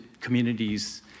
communities